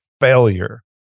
failure